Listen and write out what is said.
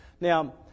Now